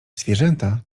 zwierzęta